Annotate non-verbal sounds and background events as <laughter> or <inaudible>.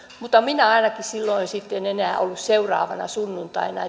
mutta minä ainakaan sitten en enää ollut seuraavana sunnuntaina <unintelligible>